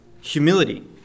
humility